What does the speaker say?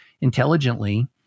intelligently